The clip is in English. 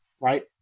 right